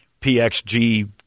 PXG